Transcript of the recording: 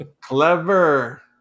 Clever